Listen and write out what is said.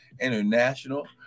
International